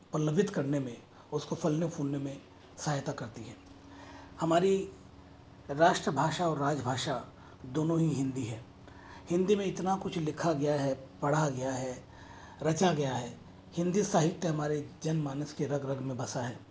पल्लवित करने में और उसको फलने फूलने में सहायता करती है हमारी राष्ट्रभाषा और राजभाषा दोनों ही हिंदी है हिंदी में इतना कुछ लिखा गया है पढ़ा गया है रचा गया है हिंदी साहित्य हमारी जन मानस के रग रग में बसा है